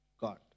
God